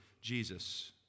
Jesus